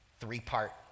Three-part